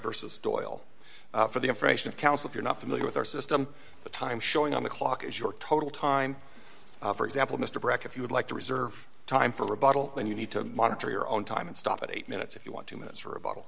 versus doyle for the information of counsel if you're not familiar with our system the time showing on the clock is your total time for example mr breckon if you would like to reserve time for rebuttal then you need to monitor your own time and stop at eight minutes if you want two minutes for a bottle